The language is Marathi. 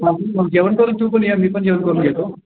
जेवण करून तू पण ये मी पण जेवण करून घेतो